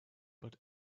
but